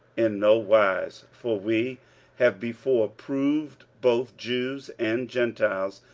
in no wise for we have before proved both jews and gentiles,